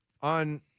on